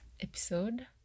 episode